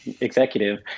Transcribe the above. executive